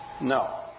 No